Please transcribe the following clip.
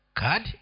card